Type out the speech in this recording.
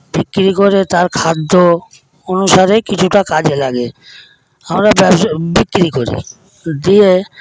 বিক্রি করে তার খাদ্য অনুসারে কিছুটা কাজে লাগে আমরা বিক্রি করি দিয়ে